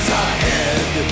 ahead